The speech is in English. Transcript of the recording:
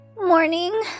Morning